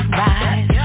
rise